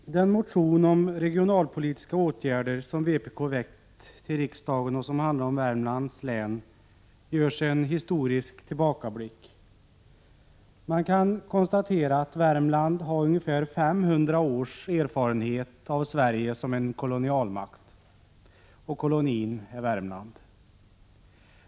Herr talman! I den motion om regionalpolitiska åtgärder som vpk väckt till riksdagen och som handlar om Värmlands län görs en historisk tillbakablick. Man kan konstatera att Värmland har ungefär 500 års erfarenhet av Sverige som kolonialmakt, och kolonin är Värmland.